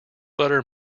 butter